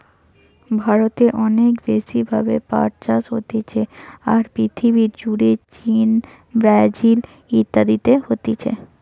ভারতে অনেক বেশি ভাবে পাট চাষ হতিছে, আর পৃথিবী জুড়ে চীন, ব্রাজিল ইত্যাদিতে হতিছে